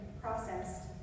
processed